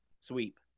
sweep